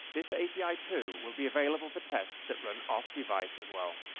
this api, too, will be available for tests that run off device, as well.